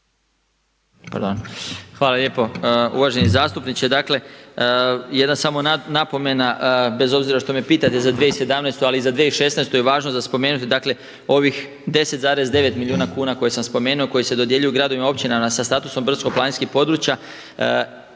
Hvala lijepo. Uvaženi zastupniče. Dakle jedna samo napomena bez obzira što me pitate za 2017. ali i za 2016. je važno za spomenuti dakle ovih 10,9 milijuna kuna koje sam spomenuo koje se dodjeljuju gradovima i općinama sa statusom brdsko-planinskih područja